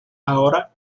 ahora